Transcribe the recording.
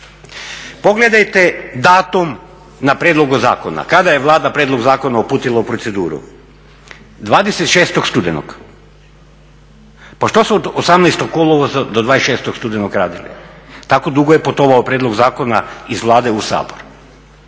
Pogledajte datum na prijedlogu zakona kada je Vlada prijedlog zakona uputila u proceduru 26.studenog. Pa šta su od 18.kolovoza do 26.studenog radili? Tako dugo je putovao prijedlog zakona iz Vlade u Sabor?